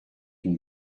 une